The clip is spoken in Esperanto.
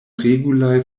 regulaj